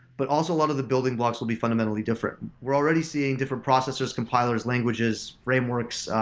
but also a lot of the building blocks will be fundamentally different. we're already seeing different processors, compilers, languages, frameworks,